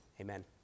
Amen